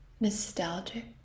nostalgic